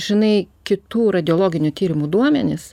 žinai kitų radiologinių tyrimų duomenis